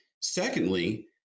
Secondly